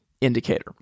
indicator